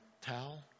towel